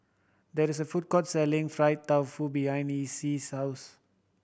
there is a food court selling fried tofu behind Essie's house